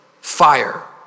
fire